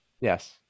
Yes